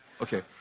Okay